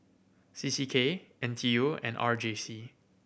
C C K N T U and R J C